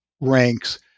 ranks